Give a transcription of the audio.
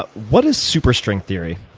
what is super string theory?